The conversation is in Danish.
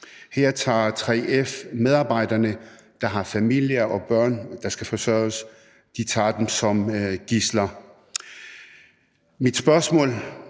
Her tager 3F medarbejderne, der har familie og børn, der skal forsørges, som gidsler. Mit spørgsmål